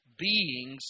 Beings